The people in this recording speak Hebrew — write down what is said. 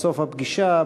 בסוף הפגישה,